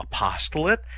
apostolate